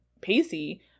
Pacey